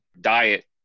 diet